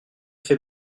fait